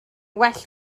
well